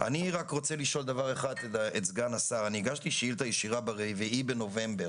אני רוצה לשאול את סגן השרה: הגשתי שאילתה ישירה ב-4 בנובמבר